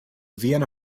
vienna